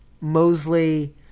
Mosley